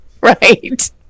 Right